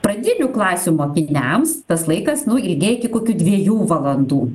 pradinių klasių mokiniams tas laikas nu ilgėja iki kokių dviejų valandų